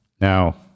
Now